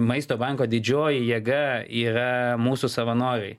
maisto banko didžioji jėga yra mūsų savanoriai